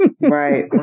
right